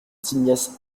tignasses